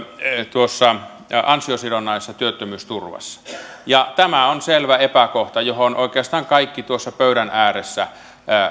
tuossa ansiosidonnaisessa työttömyysturvassa ja tämä on selvä epäkohta ja tässä oikeastaan kaikki pöydän ääressä